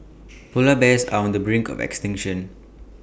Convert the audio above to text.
Polar Bears are on the brink of extinction